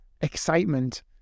excitement